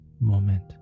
moment